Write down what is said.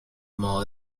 more